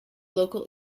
local